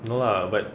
no lah but